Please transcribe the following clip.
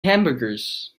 hamburgers